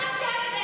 נורבגים.